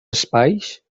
espais